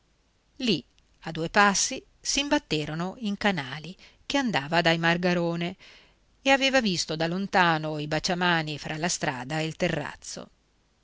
lì a due passi si imbatterono in canali che andava dai margarone e aveva visto da lontano i baciamani fra la strada e il terrazzo